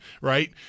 right